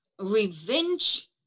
revenge